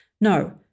No